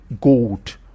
gold